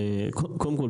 קודם כל,